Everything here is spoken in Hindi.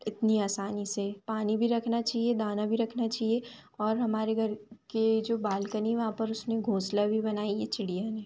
इतनी आसानी से पानी भी रखना चाहिए दाना भी रखना चाहिए और हमारे घर की जो बालकनी वहाँ पर उसने घोंसला भी बनाई है चिड़िया ने